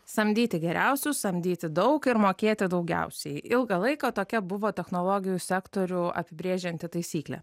samdyti geriausius samdyti daug ir mokėti daugiausiai ilgą laiką tokia buvo technologijų sektorių apibrėžianti taisyklė